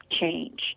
Change